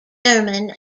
german